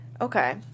Okay